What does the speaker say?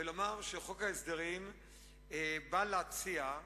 ולומר שחוק ההסדרים בא להציע,